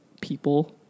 people